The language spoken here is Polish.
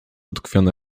utkwione